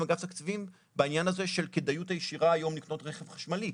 עם אגף תקציבים בעניין הזה של כדאיות ישירה היום לקנות רכב חשמלי,